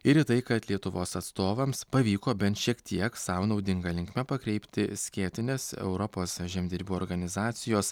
ir į tai kad lietuvos atstovams pavyko bent šiek tiek sau naudinga linkme pakreipti skėtinės europos žemdirbių organizacijos